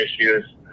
issues